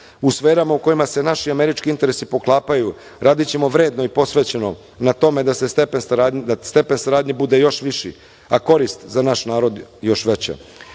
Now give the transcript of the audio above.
u sferama u kojima sa naši i američki interesi poklapaju, radićemo vredno i posvećeno na tome da stepen saradnje bude još viši, a korist za naš narod još